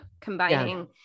combining